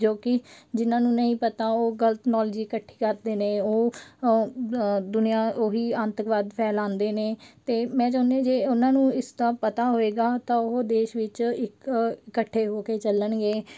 ਜੋ ਕਿ ਜਿਨ੍ਹਾਂ ਨੂੰ ਨਹੀਂ ਪਤਾ ਉਹ ਗਲਤ ਨੌਲੇਜ ਇਕੱਠੀ ਕਰਦੇ ਨੇ ਉਹ ਦੁਨੀਆ ਉਹੀ ਆਤੰਕਵਾਦ ਫੈਲਾਉਂਦੇ ਨੇ ਅਤੇ ਮੈਂ ਚਾਹੁੰਦੀ ਹਾਂ ਜੇ ਉਹਨਾਂ ਨੂੰ ਇਸ ਦਾ ਪਤਾ ਹੋਏਗਾ ਤਾਂ ਉਹ ਦੇਸ਼ ਵਿੱਚ ਇੱਕ ਇਕੱਠੇ ਹੋ ਕੇ ਚੱਲਣਗੇ